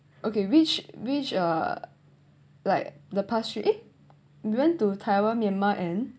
okay which which are like the past three eh we went to taiwan myanmar and